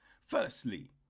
firstly